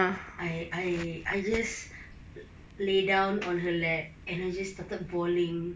I I I just lay down on her lap and I just started bawling